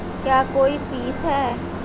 क्या कोई फीस है?